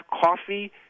coffee